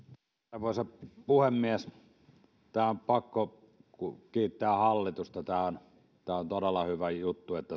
arvoisa puhemies tästä on pakko kiittää hallitusta tämä on todella hyvä juttu että